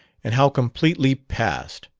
and how completely past!